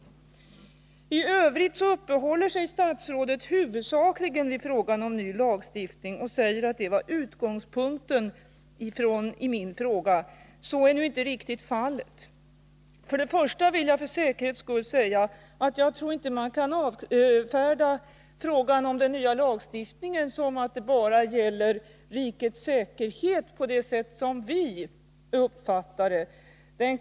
I övrigt uppehåller sig statsrådet huvudsakligen vid den nya lagstiftningen och säger att den var utgångspunkten för min fråga. Så var nu inte riktigt fallet. Först och främst vill jag för säkerhets skull säga att jag inte tror att man kan avfärda frågan om den nya lagstiftningen med att den bara gäller rikets säkerhet på det sätt som vi uppfattar det.